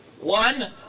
One